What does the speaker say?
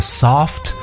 soft